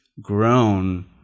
grown